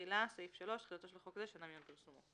תחילה 3.תחילתו של חוק זה שנה מיום פרסומו.